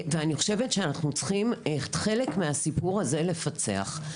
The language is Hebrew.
ואנחנו צריכים את חלק מהסיפור הזה לפצח.